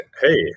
hey